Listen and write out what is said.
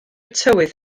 tywydd